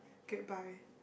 get by